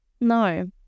No